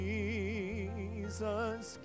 Jesus